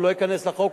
הוא לא ייכנס לחוק,